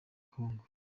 congo